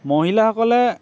মহিলাসকলে